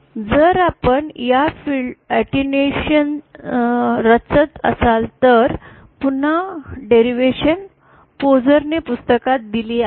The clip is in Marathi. जर आपण या फिल्टरचे अटेन्यूएशन रचत असाल तर पुन्हा डेरवेशन पोझरने पुस्तकात दिली आहे